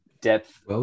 depth